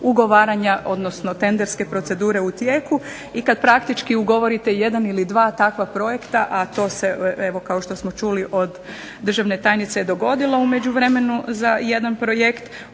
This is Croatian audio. ugovaranja odnosno tenderske procedure u tijeku i kada praktički ugovorite jedan ili dva takva projekta a to se evo kao što smo čuli od državne tajnice dogodilo u međuvremenu za jedan projekt,